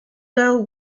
girl